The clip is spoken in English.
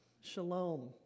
Shalom